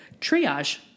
triage